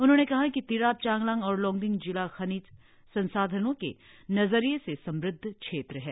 उन्होंने कहा कि तिराप चांगलांग और लोंगडिंग जिला खनिज संसाधनों के नजरिये से समुद्ध क्षेत्र है